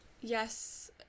yes